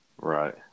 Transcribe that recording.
Right